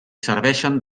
serveixen